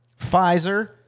Pfizer